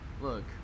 look